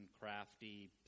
crafty